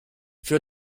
für